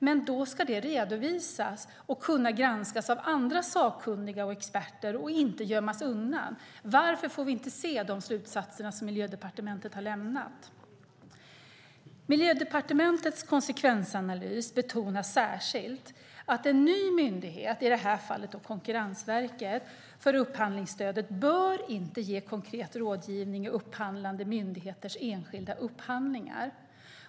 Men då ska det redovisas och kunna granskas av andra sakkunniga och experter och inte gömmas undan. Varför får vi inte se de slutsatser som Miljödepartementet har kommit med? I Miljödepartementets konsekvensanalys betonas särskilt att en ny myndighet för upphandlingsstöd - i det här fallet Konkurrensverket - inte bör ge konkret rådgivning i upphandlande myndigheters enskilda upphandlingar.